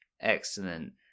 excellent